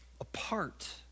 apart